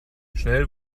schnell